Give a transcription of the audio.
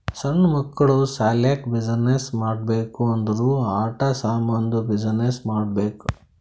ಸಣ್ಣು ಮಕ್ಕುಳ ಸಲ್ಯಾಕ್ ಬಿಸಿನ್ನೆಸ್ ಮಾಡ್ಬೇಕ್ ಅಂದುರ್ ಆಟಾ ಸಾಮಂದ್ ಬಿಸಿನ್ನೆಸ್ ಮಾಡ್ಬೇಕ್